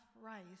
rice